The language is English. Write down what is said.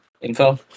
info